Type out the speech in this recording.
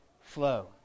flow